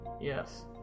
Yes